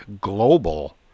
global